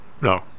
no